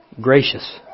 gracious